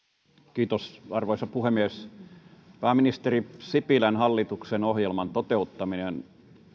arvoisa puhemies pääministeri sipilän hallituksen ohjelman toteuttaminen